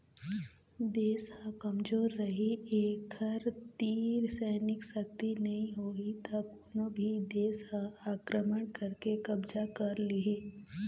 देश ह कमजोर रहि एखर तीर सैनिक सक्ति नइ होही त कोनो भी देस ह आक्रमण करके कब्जा कर लिहि